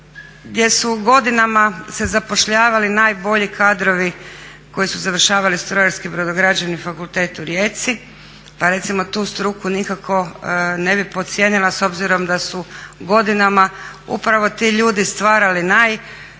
gdje su godinama se zapošljavali najbolji kadrovi koji su završavali strojarski i brodograđevni fakultet u Rijeci, pa recimo tu struku nikako ne bih podcijenila s obzirom da su godinama upravo ti ljudi stvarali najkvalitetnije